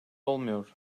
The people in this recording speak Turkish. olmuyor